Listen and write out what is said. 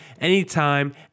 anytime